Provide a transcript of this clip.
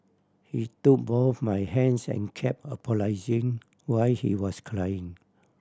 he took both my hands and kept apologising while he was crying